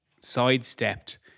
sidestepped